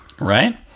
Right